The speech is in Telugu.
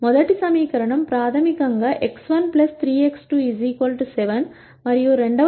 మొదటి సమీకరణం ప్రాథమికంగా x1 3x2 7 మరియు రెండవ సమీకరణం 2x1 4x2 10